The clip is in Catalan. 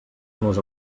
nos